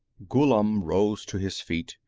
ghullam rose to his feet,